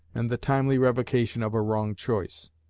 and the timely revocation of a wrong choice.